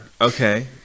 Okay